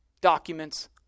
documents